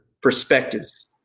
perspectives